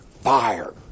fire